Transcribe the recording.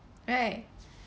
right